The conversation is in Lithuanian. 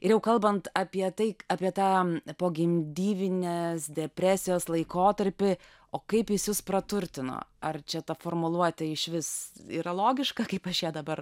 ir jau kalbant apie tai apie tą pogimdyminės depresijos laikotarpį o kaip jis jus praturtino ar čia ta formuluotė išvis yra logiška kaip aš ją dabar